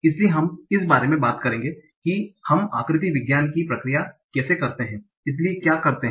इसलिए हम इस बारे में बात करेंगे कि हम आकृति विज्ञान की प्रक्रिया कैसे करते हैं इसलिए क्या करते हैं